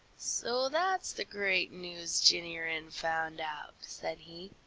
so that's the great news jenny wren found out! said he.